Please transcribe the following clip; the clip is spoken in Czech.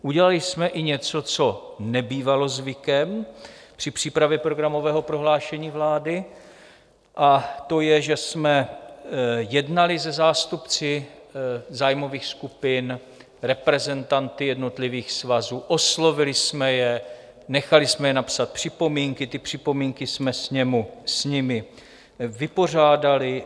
Udělali jsme i něco, co nebývalo zvykem při přípravě programového prohlášení vlády, a to je, že jsme jednali se zástupci zájmových skupin, reprezentanty jednotlivých svazů, oslovili jsme je, nechali jsme je napsat připomínky, ty připomínky jsme s nimi vypořádali.